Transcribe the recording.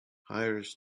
hires